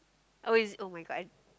oh is it [oh]-my-god I